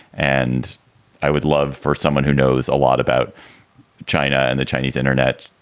and i would love for someone who knows a lot about china and the chinese internet.